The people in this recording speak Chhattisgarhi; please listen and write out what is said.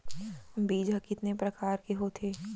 बीज ह कितने प्रकार के होथे?